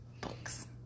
Books